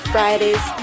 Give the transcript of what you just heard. Fridays